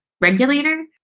regulator